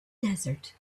desert